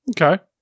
Okay